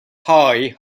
high